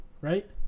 right